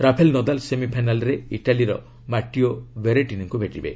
Rafale Nadal ସେମିଫାଇନାଲ୍ରେ ଇଟାଲିର ମାଟିଓ ବେରେଟିନିଙ୍କୁ ଭେଟିବେ